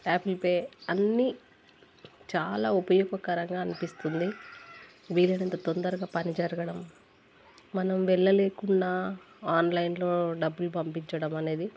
Apple Pay అన్ని చాలా ఉపయోగకరంగా అనిపిస్తుంది వీలైనంత తొందరగా పని జరగడం మనం వెళ్ళ లేకున్నా ఆన్లైన్లో డబ్బులు పంపించడం అనేది